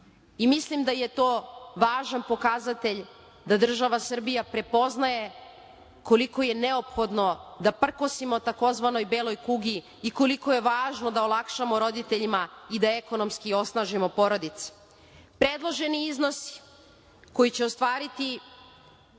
Mislim da je to važan pokazatelj da država Srbija prepoznaje koliko je neophodno da prkosimo tzv. beloj kugi i koliko je važno da olakšamo roditeljima i da ekonomski osnažimo porodice. Predloženi iznosi koji će ostvariti